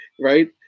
right